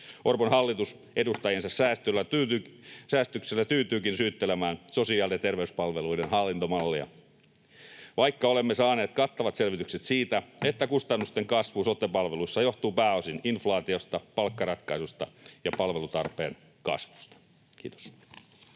Orpon hallitus edustajiensa säestyksellä tyytyykin syyttelemään sosiaali- ja terveyspalveluiden hallintomallia, vaikka olemme saaneet kattavat selvitykset siitä, että kustannusten kasvu sote-palveluissa johtuu pääosin inflaatiosta, palkkaratkaisuista ja palvelutarpeen kasvusta. — Kiitos.